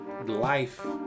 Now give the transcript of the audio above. life